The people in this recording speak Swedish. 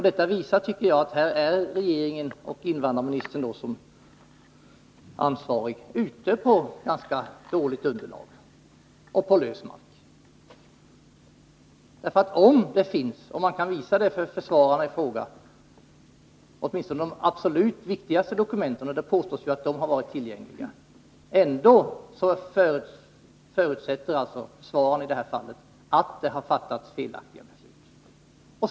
Det visar, tycker jag, att regeringen och invandrarministern som ansvarig i regeringen är ute på hal is. Det påstås ju att de absolut viktigaste dokumenten har varit tillgängliga för försvararna, och ändå hävdar försvararna i det här fallet att det har fattats felaktiga beslut.